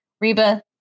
Reba